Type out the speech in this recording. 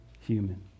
human